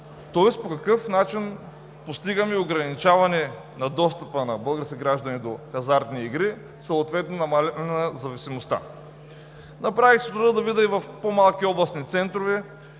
Тоест по какъв начин постигаме ограничаване на достъпа на български граждани до хазартни игри, съответно намаляване на зависимостта?! Направих си труда да видя и в по-малки областни центрове.